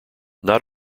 not